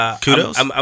Kudos